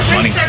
Money